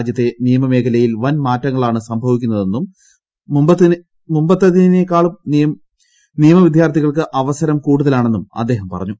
രാജ്യത്തെ നിയമ മേഖലയിൽ വൻ മാറ്റങ്ങളാണ് സംഭവിക്കുന്നതെന്നും മുമ്പത്തിനേക്കാളും നിയമ വിദ്യാർത്ഥികൾക്ക് അവസരം കൂടുതലാണെന്നും അദ്ദേഹം പറഞ്ഞു